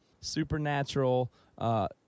supernatural